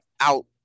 out